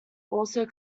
also